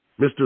Mr